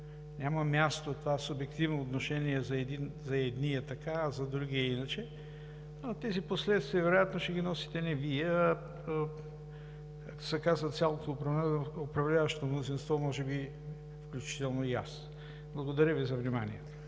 Няма място това субективно отношение – за едни така, а за други иначе, но тези последствия вероятно ще ги носите не Вие, а както се казва цялото управляващо мнозинство, може би включително и аз. Благодаря Ви за вниманието.